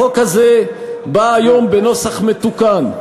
החוק הזה בא היום בנוסח מתוקן,